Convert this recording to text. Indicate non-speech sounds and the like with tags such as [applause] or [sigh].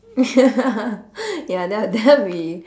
[laughs] ya ya that that that'd be